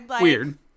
Weird